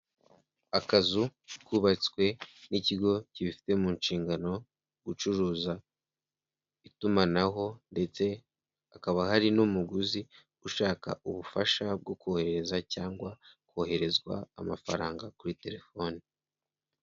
Akazu kubatswe n'ikigo kibifite mu nshingano gucuruza itumanaho ndetse hakaba hari n'umuguzi ushaka ubufasha bwo kohereza cyangwa koherezwa amafaranga kuri terefoni.